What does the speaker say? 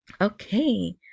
Okay